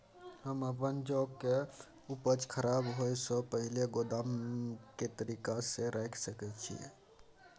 हम अपन जौ के उपज के खराब होय सो पहिले गोदाम में के तरीका से रैख सके छी?